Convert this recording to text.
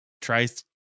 tries